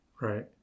right